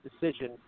decision